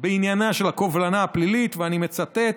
בעניינה של הקובלנה הפלילית, ואני מצטט: